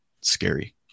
scary